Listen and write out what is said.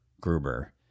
Gruber